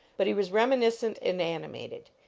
but he was reminiscent and animated.